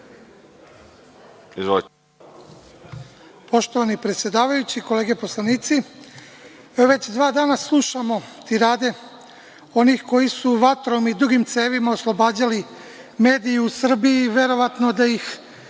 Poštovani predsedavajući, kolege poslanici, evo, već dva dana slušamo tirade onih koji su vatrom i dugim cevima oslobađali medije u Srbiji, verovatno da ih